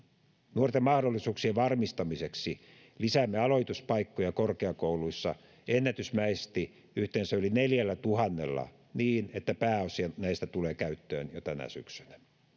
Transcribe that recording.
nuorten mahdollisuuksien varmistamiseksi lisäämme aloituspaikkoja korkeakouluissa ennätysmäisesti yhteensä yli neljällätuhannella niin että pääosa näistä tulee käyttöön jo tänä syksynä